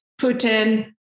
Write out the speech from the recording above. Putin